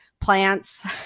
plants